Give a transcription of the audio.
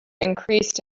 increased